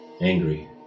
angry